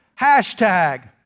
hashtag